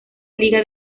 liga